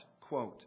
quote